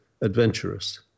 adventurous